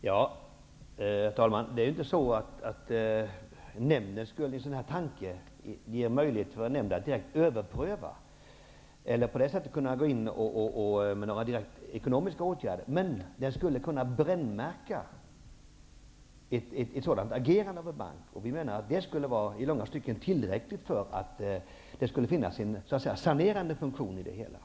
Herr talman! Vi tänker oss inte att en sådan nämnd skulle ges möjlighet att överpröva beslut eller gå in med direkt ekonomiska åtgärder. Den skulle kunna brännmärka en banks agerande, och det skulle, menar vi, i långa stycken vara tillräckligt för att en sanerande effekt skall uppstå.